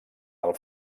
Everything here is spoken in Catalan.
del